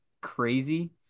crazy